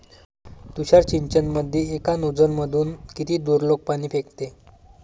तुषार सिंचनमंदी एका नोजल मधून किती दुरलोक पाणी फेकते?